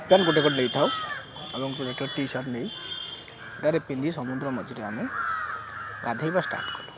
pant ଗୋଟେ ଗୋଟେ ନେଇଥାଉ ଏବଂ ଗୋଟେ ଟିସାର୍ଟ ନେଇ ପିନ୍ଧି ସମୁଦ୍ର ମଝିରେ ଆମେ ଗାଧେଇବା ଷ୍ଟାର୍ଟ କଲୁ